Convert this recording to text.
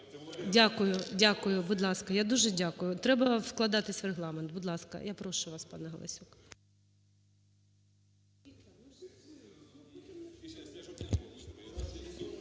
Дякую. Будь ласка. Я дуже дякую. Треба вкладатися в регламент. Будь ласка, я прошу вас, панеГаласюк.